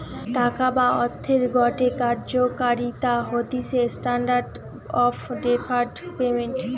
টাকা বা অর্থের গটে কার্যকারিতা হতিছে স্ট্যান্ডার্ড অফ ডেফার্ড পেমেন্ট